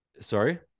Sorry